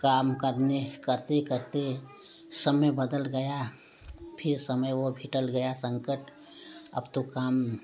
काम करने करते करते समय बदल गया फिर समय वह भी टल गया संकट अब तो काम